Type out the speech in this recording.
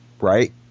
right